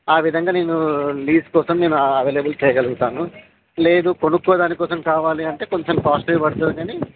ఆ విధంగా నేను లీజు కోసం అవైలబుల్ చేయగలుగుతాను లేదు కొనుక్కోవడాని కోసం కావాలి అంటే కొంచెం కాస్ట్లీ పడుతుంది గానీ